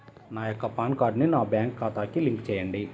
నా యొక్క పాన్ కార్డ్ని నా బ్యాంక్ ఖాతాకి లింక్ చెయ్యండి?